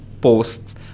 posts